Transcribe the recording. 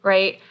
Right